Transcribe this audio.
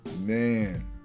man